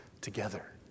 together